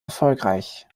erfolgreich